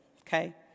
okay